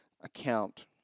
account